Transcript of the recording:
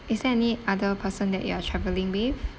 is there any other person that you are travelling with